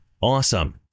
awesome